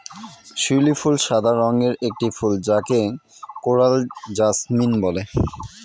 শিউলি ফুল সাদা রঙের একটি ফুল যাকে কোরাল জাসমিন বলে